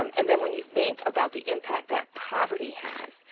um and then when you think about the impact that poverty has,